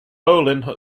bolin